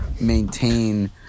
maintain